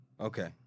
Okay